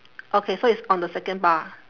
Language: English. okay so it's on the second bar